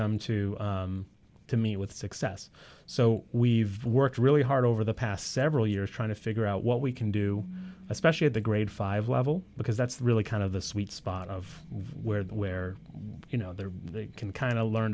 them to to meet with success so we've worked really hard over the past several years trying to figure out what we can do especially at the grade five level because that's really kind of the sweet spot of where that where you know there can kind of learn